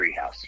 treehouse